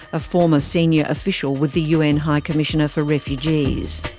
a former senior official with the un high commissioner for refugees.